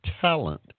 talent